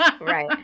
right